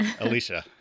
Alicia